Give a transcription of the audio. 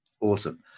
Awesome